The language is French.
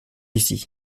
ici